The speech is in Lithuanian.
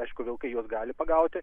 aišku vilkai juos gali pagauti